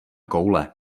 koule